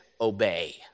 obey